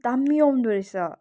दामी आउँदोरहेछ